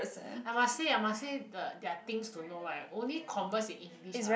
I must say I must say the there are things to know right only converse in english ah